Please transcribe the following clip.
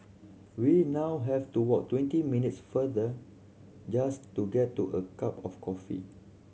we now have to walk twenty minutes further just to get to a cup of coffee